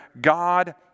God